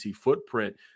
footprint